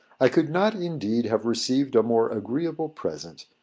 i could not indeed have received a more agreeable present,